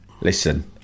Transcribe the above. Listen